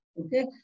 Okay